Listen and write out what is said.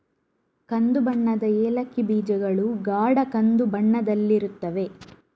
ಕಂದು ಬಣ್ಣದ ಏಲಕ್ಕಿ ಬೀಜಗಳು ಗಾಢ ಕಂದು ಬಣ್ಣದಲ್ಲಿರುತ್ತವೆ